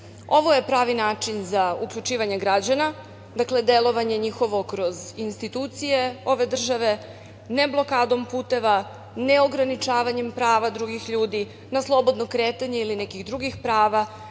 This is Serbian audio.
je pravi način za uključivanje građana, njihovo delovanje kroz institucije ove države, ne blokadom puteva, ne ograničavanjem prava drugih ljudi na slobodno kretanje ili nekih drugih prava,